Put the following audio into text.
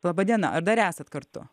laba diena ar dar esat kartu